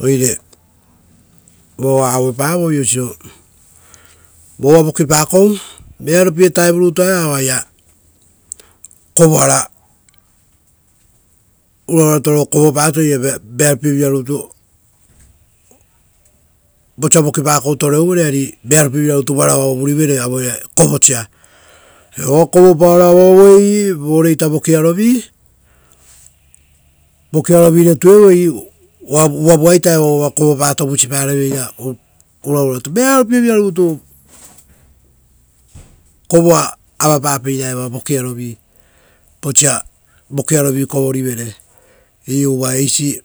Oire vova va auepavoi oisio, vearopie vutarutua eva, uvare uraurato ro kovopato ira varapievira tourevere. Vosa vokipa kourutu toreuvere ari vearopievira rutu varaua uvurivere auere kovosia. Evoa kovopaoro avauei ra ravireoia reareauei, vokiarovireita tueuei, evo vutaia uva kovopato vusipa reveira uraurato. Vearopie vira rutu kovoa avapa peira evoa vokiarivi vosa vokiarovi kovorivere. Iu uva eisi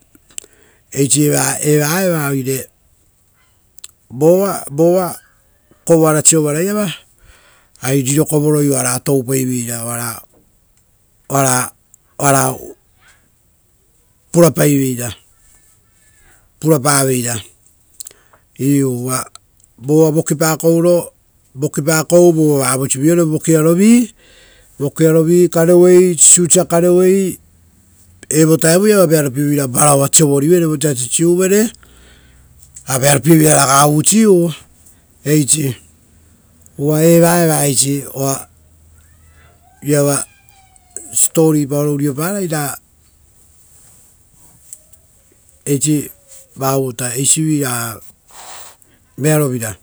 eva toupai. Oire vova kovoara sovaraiava, riro kovoroi oara toupaiveira. Iu uva vova vokipa kouro, ora vavoiso vokiarovi uva kareuei kovo opesioro sisiusia kareuei, evo vutaiava vearopievira varaua siovorivere vosa sisiuvere ra vearopievira raga usiu eisi uva eva oa iava siposipoavoi ra eisi va uvuta. Eisiviraga